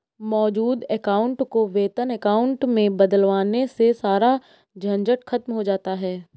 मौजूद अकाउंट को वेतन अकाउंट में बदलवाने से सारा झंझट खत्म हो जाता है